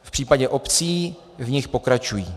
V případě obcí v nich pokračují.